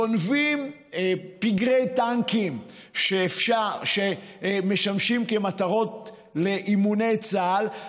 גונבים פגרי טנקים שמשמשים כמטרות לאימוני צה"ל,